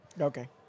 Okay